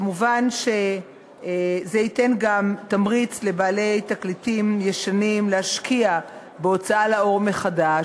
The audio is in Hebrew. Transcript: מובן שזה ייתן גם תמריץ לבעלי תקליטים ישנים להשקיע בהוצאה לאור מחדש.